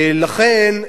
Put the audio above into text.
לכן,